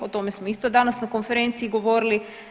O tome smo isto danas na konferenciji govorili.